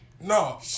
No